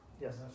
Yes